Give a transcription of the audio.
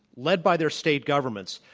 led by their state governments,